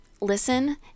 listen